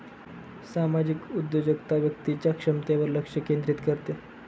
सामाजिक उद्योजकता व्यक्तीच्या क्षमतेवर लक्ष केंद्रित करते